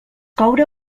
coure